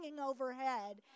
overhead